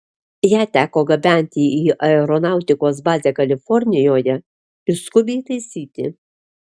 ją teko gabenti į aeronautikos bazę kalifornijoje ir skubiai taisyti